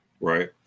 Right